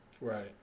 Right